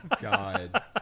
God